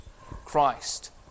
Christ